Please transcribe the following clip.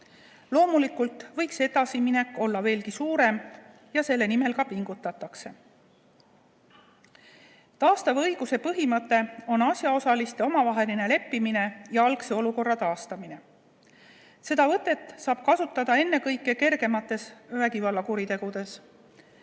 Loomulikult võiks edasiminek olla veelgi suurem ja selle nimel pingutatakse. Taastava õiguse põhimõte on asjaosaliste omavaheline leppimine ja algse olukorra taastamine. Seda võtet saab kasutada ennekõike kergemate vägivallakuritegude